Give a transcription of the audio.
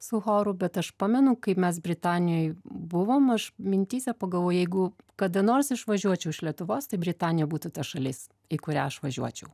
su choru bet aš pamenu kaip mes britanijoj buvom aš mintyse pagalvojau jeigu kada nors išvažiuočiau iš lietuvos tai britanija būtų ta šalis į kurią aš važiuočiau